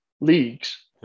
leagues